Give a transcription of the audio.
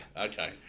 Okay